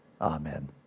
Amen